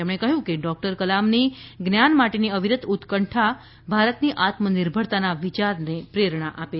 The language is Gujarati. તેમણે કહ્યું કે ડોક્ટર કલામની જ્ઞાન માટેની અવિરત ઉત્કંઠા ભારતની આત્મનિર્ભરતાના વિયારને પ્રેરણા આપે છે